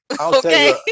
okay